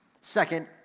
Second